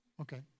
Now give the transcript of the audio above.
Okay